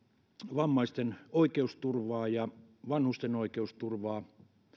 vammaisten oikeusturvaa ja vanhusten oikeusturvaa